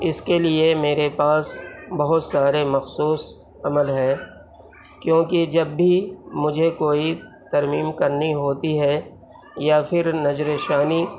اس کے لیے میرے پاس بہت سارے مخصوص عمل ہیں کیونکہ جب بھی مجھے کوئی ترمیم کرنی ہوتی ہے یا پھر نظرِ ثانی